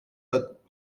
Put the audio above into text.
but